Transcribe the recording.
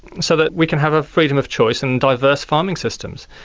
so that we can have a freedom of choice and diverse farming systems.